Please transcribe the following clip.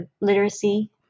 literacy